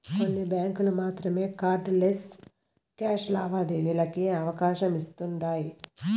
కొన్ని బ్యాంకులు మాత్రమే కార్డ్ లెస్ క్యాష్ లావాదేవీలకి అవకాశమిస్తుండాయ్